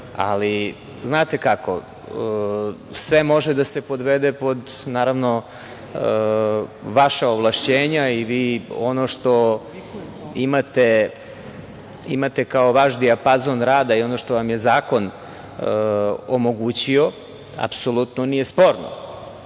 Ali, znate kako, sve može da se podvede pod vaša ovlašćenja i vi ono što imate kao vaš dijapazon rada i ono što vam je zakon omogućio apsolutno nije sporno. Meni